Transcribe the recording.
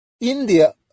india